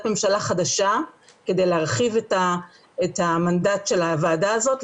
ממשלה חדשה כדי להרחיב את המנדט של הוועדה הזאת.